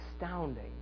astounding